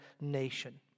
nation